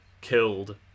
killed